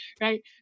right